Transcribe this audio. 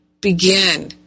begin